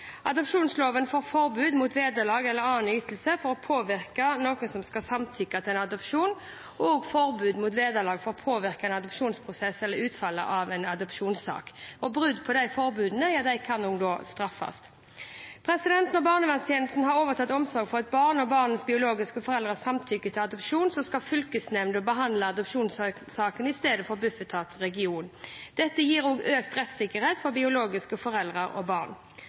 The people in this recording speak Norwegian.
Adopsjonsloven får forbud mot vederlag eller annen ytelse for å påvirke noen som skal samtykke til en adopsjon, og forbud mot vederlag for å påvirke en adopsjonsprosess eller utfallet av en adopsjonssak. Brudd på disse forbudene kan straffes. Når barnevernstjenesten har overtatt omsorgen for et barn, og barnets biologiske foreldre samtykker til adopsjonen, skal fylkesnemnda behandle adopsjonssaken i stedet for Bufetat region. Dette gir økt rettssikkerhet for biologiske foreldre og barn.